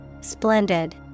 splendid